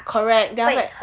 correct then after that